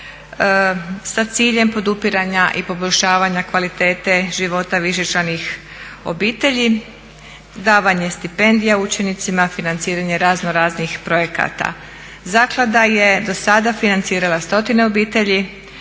sa ciljem podupiranja i poboljšavanja kvalitete života višečlanih obitelji, davanje stipendije učenicima, financiranje raznoraznih projekata. Zaklada je dosada financirala stotine obitelji,